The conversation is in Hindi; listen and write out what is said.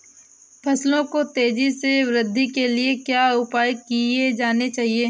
फसलों की तेज़ी से वृद्धि के लिए क्या उपाय किए जाने चाहिए?